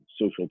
social